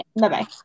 Bye-bye